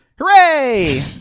hooray